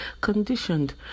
Conditioned